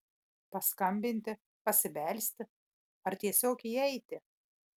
paskambinti pasibelsti ar tiesiog įeiti